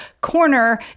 corner